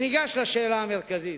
ניגש לשאלה המרכזית,